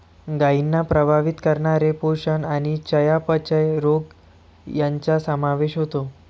गायींना प्रभावित करणारे पोषण आणि चयापचय रोग यांचा समावेश होतो